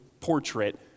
portrait